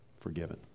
Forgiven